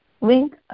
link